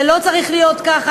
זה לא צריך להיות ככה,